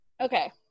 Okay